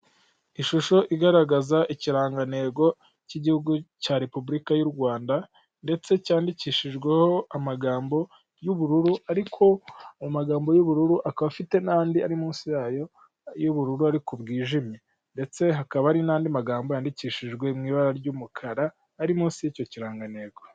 Ishusho igaragaza ikirangantego k'Igihugu cya Repubulika y'u Rwanda, ndetse cyandikishijweho amagambo y'ubururu ariko amagambo y'ubururu akaba afite n'andi ari munsi yayo y'ubururu ariko bwijimye, ndetse hakaba hari n'andi magambo yandikishijwe mu ibara ry'umukara ari munsi yicyo kirangantego.